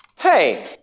Hey